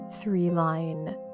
three-line